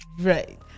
right